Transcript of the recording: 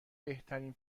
بهترین